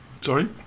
Sorry